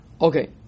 Okay